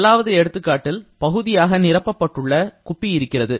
முதலாவது எடுத்துக்காட்டில் பகுதியாக நிறப்பப்பட்டுள்ள குப்பி இருக்கிறது